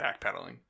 backpedaling